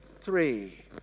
three